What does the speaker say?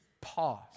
pause